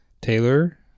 Taylor